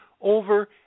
over